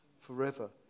forever